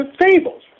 fables